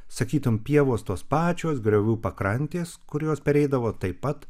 sakytum pievos tos pačios griovių pakrantės kur jos pereidavo taip pat